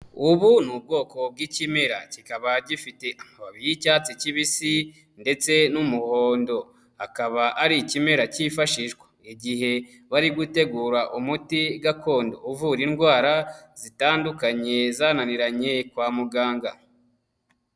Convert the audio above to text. Ubu ni ubwoko bw'ikimera kikaba gifite amababi y'icyatsi kibisi ndetse n'umuhondo, akaba ari ikimera kifashishwa, igihe wari gutegura umuti gakondo uvura indwara zitandukanye zananiranye kwa muganga.